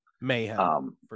mayhem